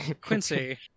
Quincy